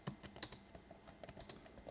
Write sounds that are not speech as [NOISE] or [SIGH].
[NOISE]